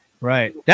Right